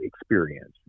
experience